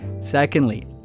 secondly